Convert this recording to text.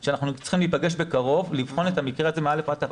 אנחנו צריכים להיפגש בקרוב ולבחון את המקרה הזה מ-א' ועד ת'.